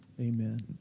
Amen